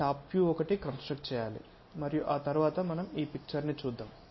top view ఒకటి construct చేయాలి మరియు ఆ తరువాత మనం ఈ పిక్చర్ ని చూద్దాం